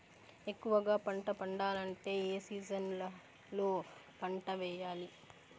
ఎక్కువగా పంట పండాలంటే ఏ సీజన్లలో ఏ పంట వేయాలి